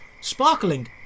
sparkling